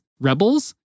Rebels